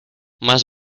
más